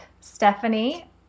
Stephanie